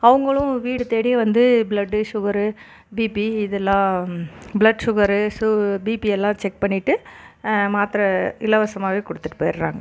அவங்களும் வீடு தேடி வந்து ப்ளட்டு சுகரு பிபி இதெலாம் ப்ளட்சுகரு சு பிபி எல்லாம் செக் பண்ணிவிட்டு மாத்திரை இலவசமாகவே கொடுத்துட்டு போய்டுறாங்க